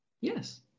yes